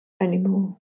anymore